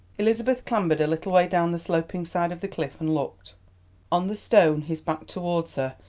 elizabeth clambered a little way down the sloping side of the cliff and looked on the stone, his back towards her,